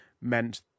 meant